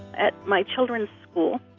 at my children's school,